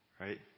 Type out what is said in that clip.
right